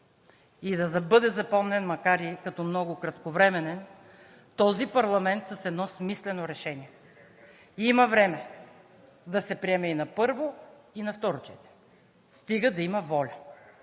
за да бъде запомнен макар и като много кратковременен този парламент с едно смислено решение. Има време да се приеме и на първо, и на второ четене, стига да има воля.